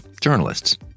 journalists